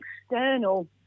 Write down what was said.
external